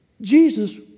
Jesus